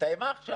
הסתיימה עכשיו.